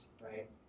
right